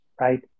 right